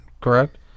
correct